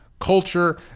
culture